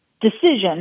decision